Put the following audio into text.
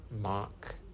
mark